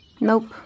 Nope